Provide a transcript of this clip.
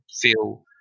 feel